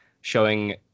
showing